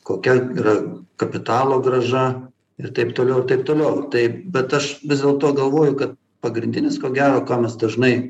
kokia yra kapitalo grąža ir taip toliau ir taip toliau tai bet aš vis dėlto galvoju kad pagrindinis ko gero ką mes dažnai